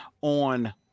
on